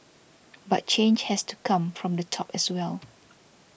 but change has to come from the top as well